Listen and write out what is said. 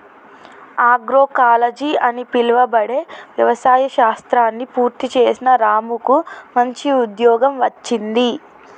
agroecology అని పిలువబడే వ్యవసాయ శాస్త్రాన్ని పూర్తి చేసిన రాముకు మంచి ఉద్యోగం వచ్చింది